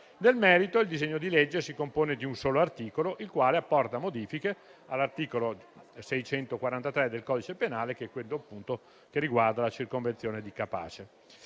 Nel merito, il disegno di legge si compone di un solo articolo, il quale apporta modifiche all'articolo 643 del codice penale, che riguarda la circonvenzione di incapace.